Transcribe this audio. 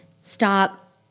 Stop